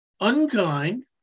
unkind